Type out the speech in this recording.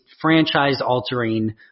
franchise-altering